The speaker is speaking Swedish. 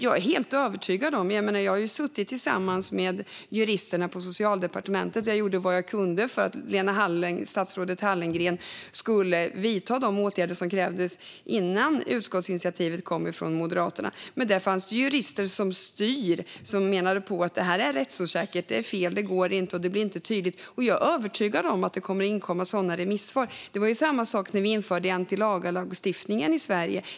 Jag har suttit tillsammans med juristerna på Socialdepartementet, och jag har gjort vad jag har kunnat göra för att statsrådet Hallengren skulle vidta de åtgärder som krävdes innan utskottsinitiativet lades fram av Moderaterna. Men det fanns jurister som menade att förslaget är rättsosäkert, är fel och inte blir tydligt. Jag är övertygad om att det kommer att inkomma sådana remissvar. Det var samma sak när vi införde anti-agalagstiftningen i Sverige.